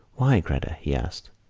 why, gretta? he asked.